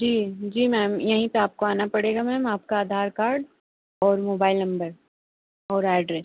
जी जी मैम यहीं पर आपको आना पड़ेगा मैम आपका आधार कार्ड और मोबाइल नंबर और ऐड्रेस